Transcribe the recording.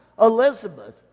Elizabeth